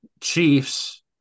Chiefs